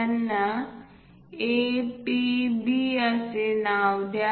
त्यांना A P B असे नाव द्या